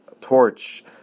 torch